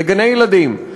לגני ילדים,